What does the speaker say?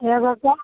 एगोके